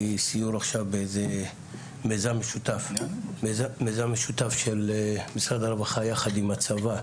מסיור עכשיו באיזה מיזם משותף של משרד הרווחה יחד עם הצבא,